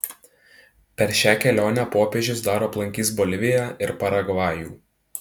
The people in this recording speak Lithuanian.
per šią kelionę popiežius dar aplankys boliviją ir paragvajų